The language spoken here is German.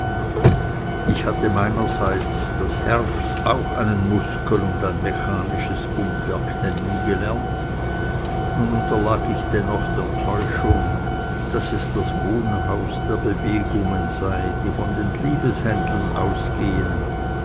ich hatte meinerzeit das herz auch einen muskel und ein mechanisches pumpwerk nennen gelernt nun unterlag ich dennoch der täuschung daß es das wohnhaus der bewegungen sei die von den liebeshändeln ausgehen